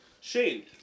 shane